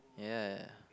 ya